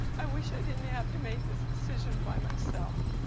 i wish i didn't have to make this decision by myself.